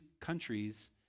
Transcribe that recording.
countries